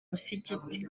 musigiti